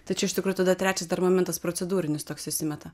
tai čia iš tikrų tada trečias dar momentas procedūrinis toks įsimeta